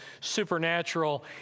supernatural